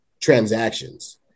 transactions